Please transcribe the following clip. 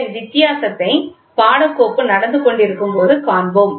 இதன் வித்தியாசத்தைக் பாடக்கோப்பு நடந்து கொண்டிருக்கும்போது காண்போம்